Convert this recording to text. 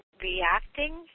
reacting